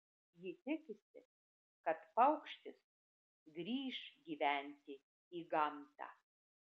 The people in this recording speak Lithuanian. ji tikisi kad paukštis grįš gyventi į gamtą